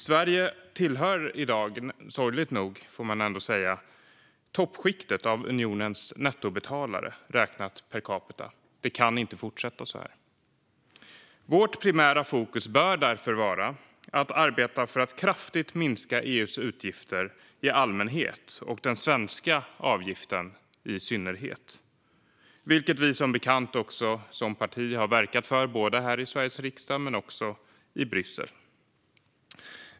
Sverige tillhör i dag, sorgligt nog, toppskiktet av unionens nettobetalare räknat per capita. Det kan inte fortsätta så här. Vårt primära fokus bör därför vara att arbeta för att kraftigt minska EU:s utgifter i allmänhet och den svenska avgiften i synnerhet, vilket vi som bekant har verkat för som parti både här i Sveriges riksdag och i Bryssel.